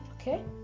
okay